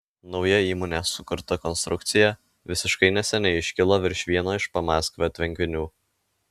nauja įmonės sukurta konstrukcija visiškai neseniai iškilo virš vieno iš pamaskvio tvenkinių